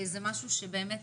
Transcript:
זה משהו שבאמת,